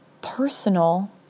personal